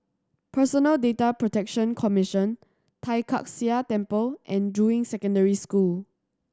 Personal Data Protection Commission Tai Kak Seah Temple and Juying Secondary School